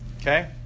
Okay